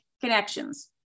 connections